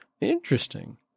Interesting